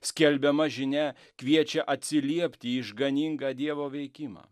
skelbiama žinia kviečia atsiliepti į išganingą dievo veikimą